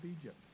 Egypt